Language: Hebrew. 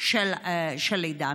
של עידן.